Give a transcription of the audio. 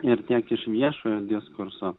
ir tiek iš viešojo diskurso